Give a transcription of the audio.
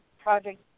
project